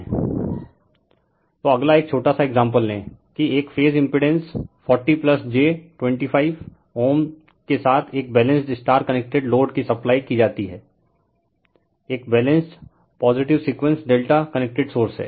refer slide time 0151 तो अगला एक छोटा सा एक्साम्पल लें कि एक फेज इम्पिडेंस 40 j25Ω के साथ एक बैलेंस्ड स्टार कनेक्टेड लोड की सप्लाई की जाती है एक balanced positive sequence Δ connected source हैं